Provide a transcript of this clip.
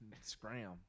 scram